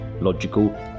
logical